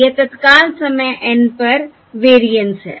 यह तत्काल समय N पर वेरिएंस है